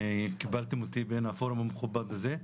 קיבלתם אותי פה בין הפורום המכובד הזה.